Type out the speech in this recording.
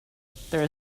there